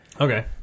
Okay